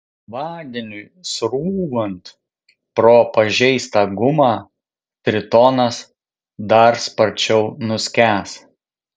vandeniui srūvant pro pažeistą gumą tritonas dar sparčiau nuskęs